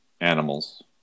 animals